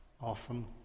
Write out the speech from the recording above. often